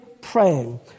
praying